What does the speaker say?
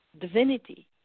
divinity